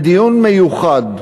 בדיון מיוחד,